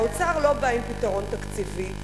האוצר לא בא עם פתרון תקציבי,